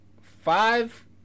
five